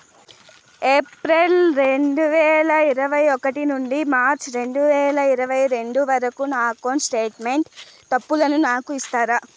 April రెండు వేల ఇరవై ఒకటి నుండి మార్చ్ రెండు వేల ఇరవై రెండు వరకు నా అకౌంట్ స్టేట్మెంట్ తప్పులను నాకు ఇస్తారా?